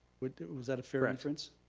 but is that a fair inference?